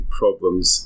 problems